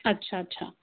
اچھا اچھا